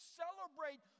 celebrate